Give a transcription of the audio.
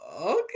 okay